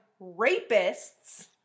rapists